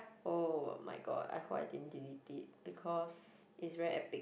oh-my-god I hope I didn't delete it because it's very epic